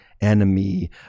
enemy